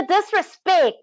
disrespect